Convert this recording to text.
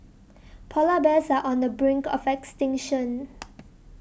Polar Bears are on the brink of extinction